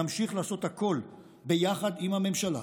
נמשיך לעשות הכול ביחד עם הממשלה,